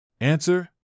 Answer